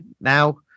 now